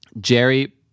Jerry